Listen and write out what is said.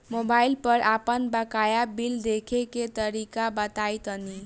Mobile पर आपन बाकाया बिल देखे के तरीका बताईं तनि?